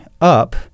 up